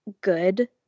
good